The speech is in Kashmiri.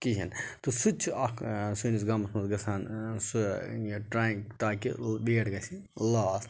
کِہیٖنۍ تہٕ سُہ تہِ چھُ اَکھ سٲنِس گامَس مَنٛز گَژھان سُہ یہِ ٹریک تاکہِ ویٹ گَژھِ لاس